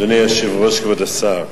אדוני היושב-ראש, כבוד השר,